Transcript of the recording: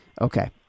Okay